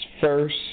first